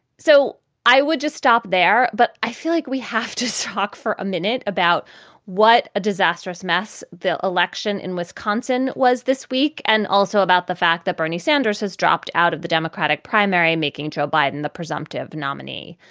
so i would just stop there. but i feel like we have to talk for a minute about what a disastrous mess this election in wisconsin was this week and also about the fact that bernie sanders has dropped out of the democratic primary, making joe biden the presumptive nominee.